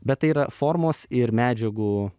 bet tai yra formos ir medžiagų